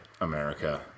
America